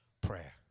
prayer